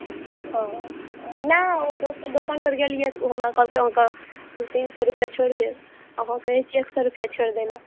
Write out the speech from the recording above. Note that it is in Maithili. ओ नहि ओ दोसर दोकानपर गेलियै तऽ ओ हमरा कहलकै अहाँके दू तीन सए रुपैआ छोड़ि देब अहाँ कहैत छियै एक सए रुपैआ छोड़ि दैले